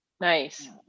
Nice